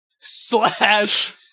Slash